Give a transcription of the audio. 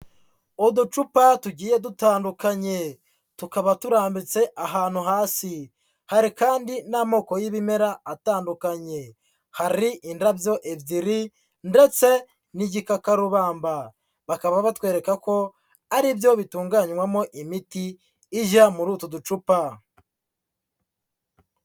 Uducupa tugiye dutandukanye tukaba turambitse ahantu hasi, hari kandi n'amoko y'ibimera atandukanye, hari indabyo ebyiri ndetse n'igikakarubamba, bakaba batwereka ko ari byo bitunganywamo imiti ijya muri utu ducupa.